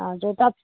हजुर त